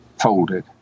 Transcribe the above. folded